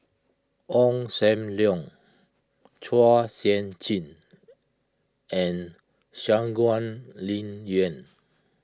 Ong Sam Leong Chua Sian Chin and Shangguan Liuyun